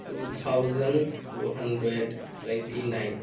two thousand two hundred twenty nine